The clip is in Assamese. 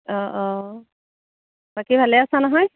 অঁ অঁ বাকী ভালে আছা নহয়